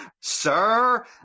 Sir